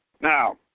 Now